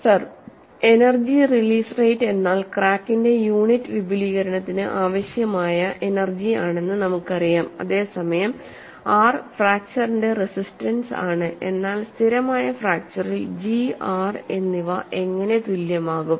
sir energy release rate എന്നാൽ ക്രാക്കിന്റെ unit വിപുലീകരണത്തിന് ആവശ്യമായ എനർജി ആണെന്ന് നമുക്കറിയാം അതേസമയം R ഫ്രാക്ച്ചറിന്റെ റെസിസ്റ്റൻസ് ആണ് എന്നാൽ സ്ഥിരമായ ഫ്രാക്ച്ചറിൽ G R എന്നിവ എങ്ങനെ തുല്യമാകും